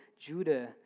Judah